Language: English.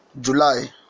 july